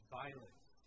violence